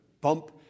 bump